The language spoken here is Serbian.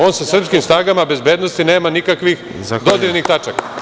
On sa srpskim snagama bezbednosti nema nikakvih dodirnih tačaka.